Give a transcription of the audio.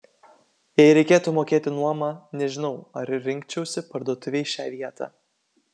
jei reikėtų mokėti nuomą nežinau ar rinkčiausi parduotuvei šią vietą